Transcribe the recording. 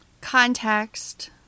Context